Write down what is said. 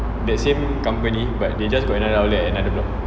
that same company but they just got another outlet at another block